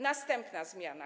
Następna zmiana.